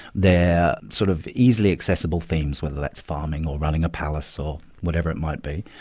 they're sort of easily accessible themes, whether that's farming or running a palace or whatever it might be.